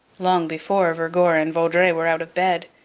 long before vergor and vaudreuil were out of bed.